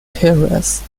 terrace